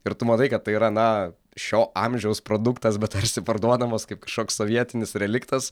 ir tu matai kad tai yra na šio amžiaus produktas bet tarsi parduodamas kaip kažkoks sovietinis reliktas